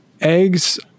eggs